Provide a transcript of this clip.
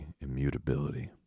immutability